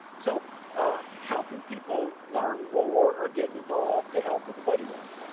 so how can people learn more or get involved to help with the buddy walk?